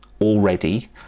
already